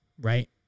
Right